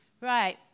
Right